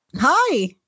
Hi